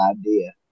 idea